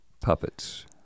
Puppets